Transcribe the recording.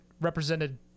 represented